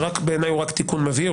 שבעיניי הוא רק תיקון מבהיר,